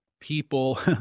people